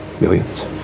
Millions